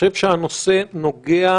ושהוא נוגע